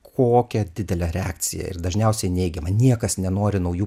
kokią didelę reakciją ir dažniausiai neigiamą niekas nenori naujų